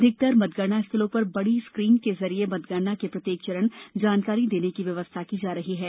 अधिकतकर मतगणना स्थलों पर बडी स्क्रीन के जरिए मतगणना के प्रत्येक चरण जानकारी देने की व्यवस्था की जा रही है